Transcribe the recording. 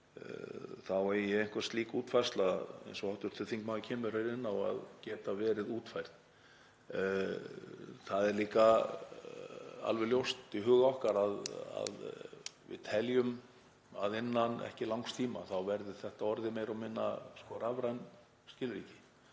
eigi einhver slík útfærsla eins og hv. þingmaður kemur hér inn á að geta verið útfærð. Það er líka alveg ljóst í huga okkar að við teljum að innan ekki langs tíma þá verði þetta orðið meira og minna rafræn skilríki